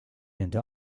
into